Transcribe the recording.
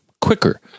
quicker